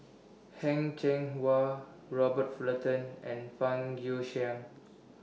Heng Cheng Hwa Robert Fullerton and Fang Guixiang